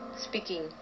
speaking